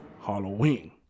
Halloween